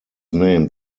named